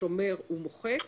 שומר ומוחק,